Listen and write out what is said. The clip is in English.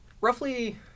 roughly